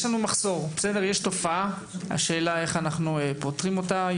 יש לנו תופעה של מחסור והשאלה היא איך אנחנו פותרים אותה.